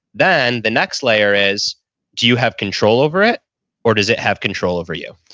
then the next layer is do you have control over it or does it have control over you?